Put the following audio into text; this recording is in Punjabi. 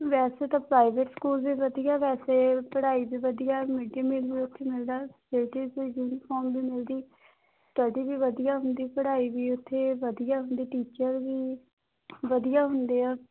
ਵੈਸੇ ਤਾਂ ਪ੍ਰਾਈਵੇਟ ਸਕੂਲ ਵੀ ਵਧੀਆ ਵੈਸੇ ਪੜ੍ਹਾਈ ਵੀ ਵਧੀਆ ਮਿਡ ਡੇ ਮੀਲ ਵੀ ਉੱਥੇ ਮਿਲਦਾ ਅਤੇ ਯੂਨੀਫੋਮ ਵੀ ਮਿਲਦੀ ਸਟੱਡੀ ਵੀ ਵਧੀਆ ਹੁੰਦੀ ਪੜ੍ਹਾਈ ਵੀ ਉੱਥੇ ਵਧੀਆ ਹੁੰਦੀ ਟੀਚਰ ਵੀ ਵਧੀਆ ਹੁੰਦੇ ਆ